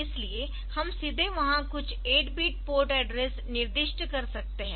इसलिए हम सीधे वहां कुछ 8 बिट पोर्ट एड्रेस निर्दिष्ट कर सकते है